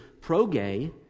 pro-gay